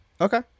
okay